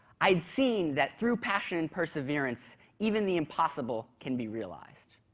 i'd seen that through passion and perseverance even the impossible can be realized.